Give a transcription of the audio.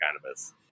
cannabis